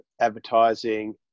advertising